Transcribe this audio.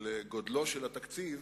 של גודלו של התקציב,